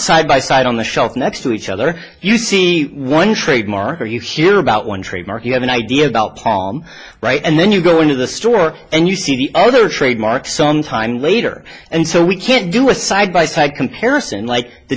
side by side on the shelf next to each other you see one trademark or you hear about one trademark you have an idea about palm right and then you go into the store and you see the other trademark some time later and so we can't do a side by side comparison like the